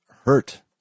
hurt